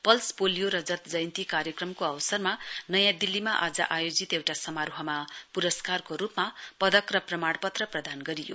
pulse polio रजत जयन्ती कार्यक्रमको अवसरमा नयाँ दिल्लीमा आज आयोजित एउटा समारोहमा पुरस्कारको रुपमा पदक र प्रमाणपत्र प्रदान गरियो